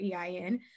EIN